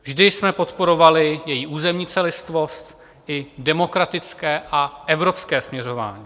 Vždy jsme podporovali její územní celistvost, její demokratické a evropské směřování.